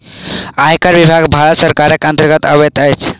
आयकर विभाग भारत सरकारक अन्तर्गत अबैत अछि